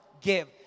give